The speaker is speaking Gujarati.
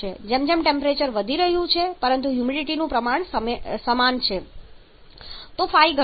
જેમ જેમ ટેમ્પરેચર વધી રહ્યું છે પરંતુ હ્યુમિડિટીનું પ્રમાણ સમાન છે તો ϕ ઘટશે